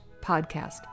podcast